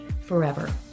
forever